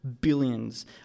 billions